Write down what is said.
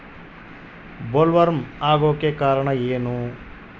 Bollworm ಆಗೋಕೆ ಕಾರಣ ಏನು?